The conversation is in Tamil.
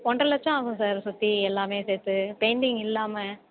ஒன்றைலட்சம் ஆகும் சார் சுற்றி எல்லாமே சேர்த்து பெயிண்டிங் இல்லாமல்